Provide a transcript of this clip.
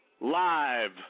live